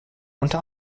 unter